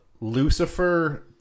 Lucifer